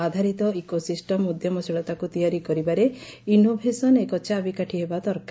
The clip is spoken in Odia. ଆାଧାରିତ ଇକୋସିଷ୍ଟମ ଉଦ୍ୟମଶୀଳତାକୁ ତିଆରି କରିବାରେ ଇନୋଭସେନ ଏକ ଚାବିକାଠି ହେବା ଦରକାର